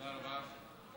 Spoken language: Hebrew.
תודה רבה.